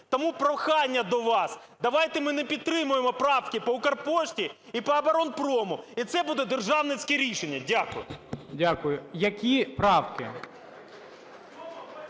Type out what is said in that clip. Тому прохання до вас, давайте ми не підтримаємо правки по "Укрпошті" і по оборонпрому, і це буде державницьке рішення. Дякую. ГОЛОВУЮЧИЙ. Дякую. Які правки?